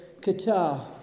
qatar